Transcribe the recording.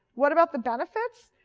what about the benefits?